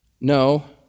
No